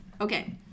Okay